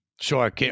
Sure